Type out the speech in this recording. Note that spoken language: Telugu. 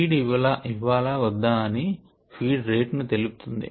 ఫీడ్ ఇవ్వలా వద్ద అని ఫీడ్ రేట్ ను తెలుపుతుంది